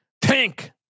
tank